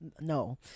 No